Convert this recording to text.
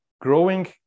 growing